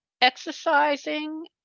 exercising